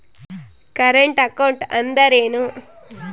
Current account ಅಂದರೇನು?